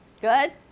Good